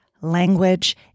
language